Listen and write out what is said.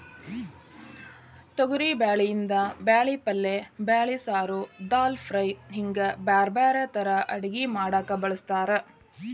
ತೊಗರಿಬ್ಯಾಳಿಯಿಂದ ಬ್ಯಾಳಿ ಪಲ್ಲೆ ಬ್ಯಾಳಿ ಸಾರು, ದಾಲ್ ಫ್ರೈ, ಹಿಂಗ್ ಬ್ಯಾರ್ಬ್ಯಾರೇ ತರಾ ಅಡಗಿ ಮಾಡಾಕ ಬಳಸ್ತಾರ